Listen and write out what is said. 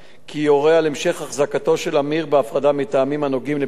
המשך החזקתו של עמיר בהפרדה מטעמים הנוגעים לביטחון המדינה,